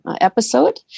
episode